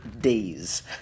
days